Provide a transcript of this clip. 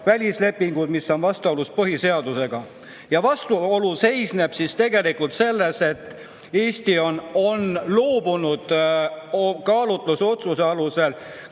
välislepinguid, mis on vastuolus põhiseadusega. Ja vastuolu seisneb selles, et Eesti on loobunud kaalutlusotsuse alusel